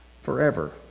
forever